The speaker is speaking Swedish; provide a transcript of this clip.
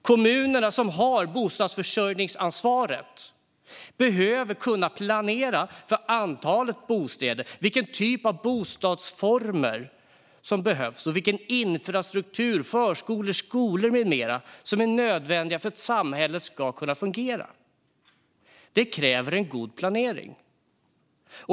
Kommunerna, som har bostadsförsörjningsansvaret, behöver kunna planera för antalet bostäder, vilken typ av bostadsformer som behövs och vilken infrastruktur, vilka förskolor och skolor med mera som är nödvändiga för att samhället ska kunna fungera. Det kräver en god planering.